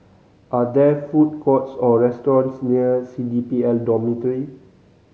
are there food courts or restaurants near C D P L Dormitory